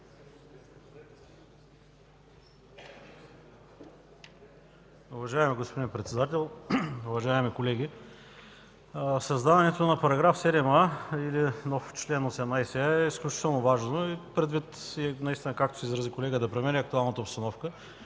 Уважаеми господин Председател, уважаеми колеги, създаването на § 7а или нов чл. 18а е изключително важно и предвид, както се изрази колегата преди мен, актуалната обстановка,